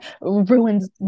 ruins